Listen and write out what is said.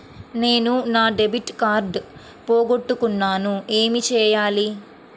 నేను నా debit card పోగొట్టుకున్నాను ఏమి చేయాలి?